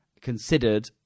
considered